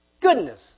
Goodness